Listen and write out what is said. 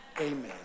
Amen